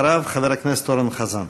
אחריו, חבר הכנסת אורן חזן.